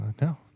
No